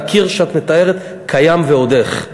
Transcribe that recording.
והקיר שאת מתארת קיים ועוד איך,